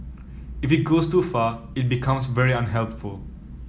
if it goes too far it becomes very unhelpful